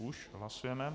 Už hlasujeme.